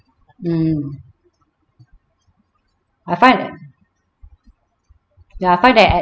mm I find that ya I find that at